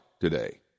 today